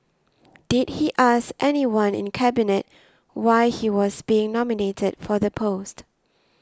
did he ask anyone in Cabinet why he was being nominated for the post